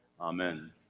Amen